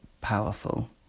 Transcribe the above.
powerful